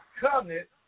covenant